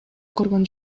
көргөн